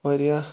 واریاہ